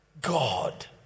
God